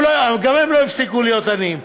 גם הם לא הפסיקו להיות עניים.